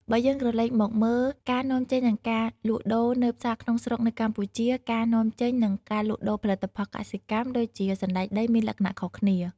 បើយើងក្រលេកមកមើលការនាំចេញនិងការលក់ដូរនៅផ្សារក្នុងស្រុក នៅកម្ពុជា ការនាំចេញ និងការលក់ដូរផលិតផលកសិកម្មដូចជាសណ្ដែកដីមានលក្ខណៈខុសគ្នា។